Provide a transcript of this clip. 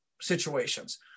situations